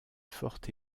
fort